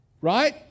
right